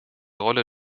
rolle